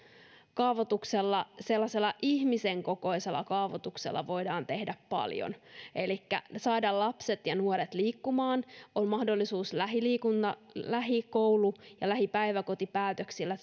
kaavoituksella sellaisella ihmisen kokoisella kaavoituksella voidaan tehdä paljon elikkä me saamme lapset ja nuoret liikkumaan on mahdollisuus saada se aikaan lähikoulu ja lähipäiväkotipäätöksillä